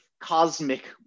cosmic